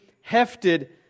hefted